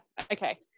Okay